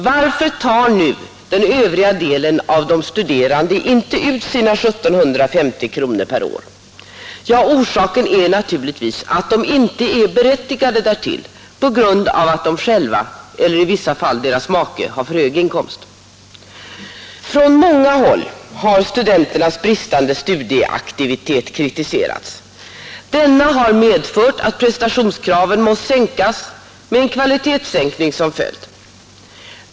Varför tar nu den övriga delen av de studerande inte ut sina 1 750 kronor per år? Orsaken är naturligtvis att de inte är berättigade därtill på grund av att de själva eller i vissa fall deras make har för hög inkomst. Från många håll har studenternas bristande studieaktivitet kritiserats; denna har medfört att prestationskraven måste sänkas med en kvalitetssänkning som följd.